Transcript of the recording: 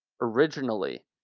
Originally